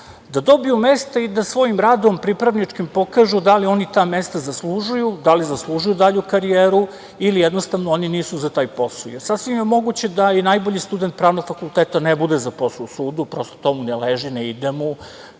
da dobiju mesta i da svojim pripravničkim radom pokažu da li oni ta mesta zaslužuju, da li zaslužuju dalju karijeru ili jednostavno oni nisu za taj posao. Sasvim je moguće da i najbolji student pravnog fakulteta ne bude za posao u sudu, prosto to mu ne leži, ne ide